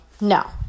No